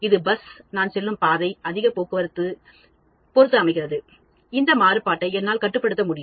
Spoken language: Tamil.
இது பஸ் நான் செல்லும் பாதை அதிக போக்குவரத்து பொருத்து அமைகிறது இந்த மாறுபாட்டை என்னால் கட்டுப்படுத்த முடியும்